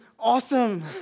awesome